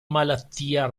malattia